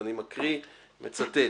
אני מצטט: